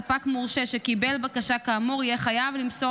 ספק מורשה שקיבל בקשה כאמור יהיה חייב למסור